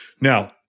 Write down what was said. Now